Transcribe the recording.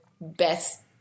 best